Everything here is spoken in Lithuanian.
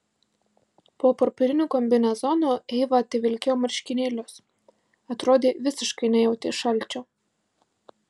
po purpuriniu kombinezonu eiva tevilkėjo marškinėlius atrodė visiškai nejautė šalčio